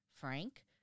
Frank